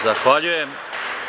Zahvaljujem.